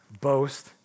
boast